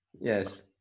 Yes